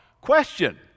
question